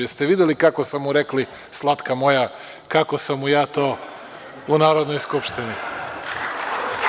Jeste li videli kako su mu rekli – slatka moja, kako sam mu ja to u Narodnoj skupštini.